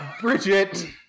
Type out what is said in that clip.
Bridget